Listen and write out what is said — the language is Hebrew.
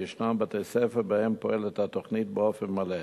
וישנם בתי-ספר שבהם פועלת התוכנית באופן מלא,